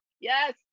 yes